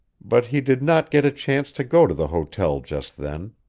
but he did not get a chance to go to the hotel just then.